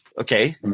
okay